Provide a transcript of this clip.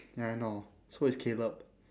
ya I know so is caleb